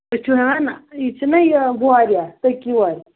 یہِ چھُ نہ یہِ وورِ تٔکیہِ ووٚرِ